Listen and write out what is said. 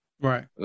Right